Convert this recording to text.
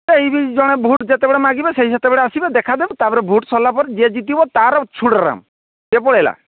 ଏଇ ଭଳି ଜଣେ ଭୋଟ୍ ଯେତେବେଳେ ମାଗିବ ସେହି ସେତେବେଳେ ଆସିବେ ଦେଖାଦେବେ ତାପରେ ଭୋଟ୍ ସରିଲାପରେ ଯିଏ ଜିତିବ ତାର ଛୋଡ଼ରାମ ସେ ପଳାଇଲା